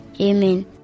Amen